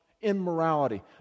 immorality